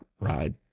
ride